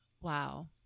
Wow